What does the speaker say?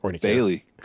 Bailey